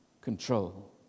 control